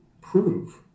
prove